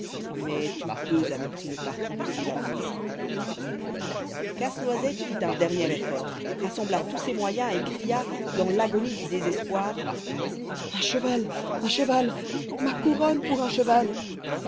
mais toutes deux avaient pris le parti de s'évanouir casse-noisette fit un dernier effort rassembla tous ses moyens et cria dans l'agonie du désespoir un cheval un cheval ma couronne pour un cheval